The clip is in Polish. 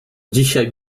dzisiaj